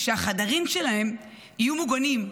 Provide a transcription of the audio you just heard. שהחדרים שלהן יהיו מוגנים,